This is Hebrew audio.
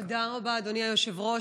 תודה רבה, אדוני היושב-ראש.